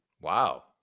Wow